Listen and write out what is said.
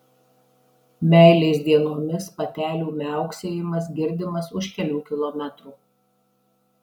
meilės dienomis patelių miauksėjimas girdimas už kelių kilometrų